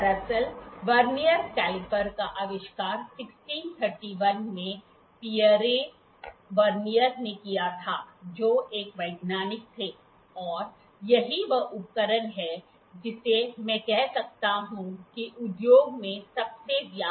दरअसल vernier caliper का आविष्कार 1631 में पियरे वर्नियरने किया था जो एक वैज्ञानिक थे और यही वह उपकरण है जिसे मैं कह सकता हूं कि उद्योग में सबसे व्यापक रूप से उपयोग किया जाता है